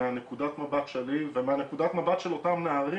מנקודת המבט שלי ומנקודת המבט של אותם נערים